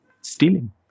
stealing